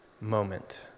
moment